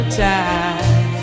time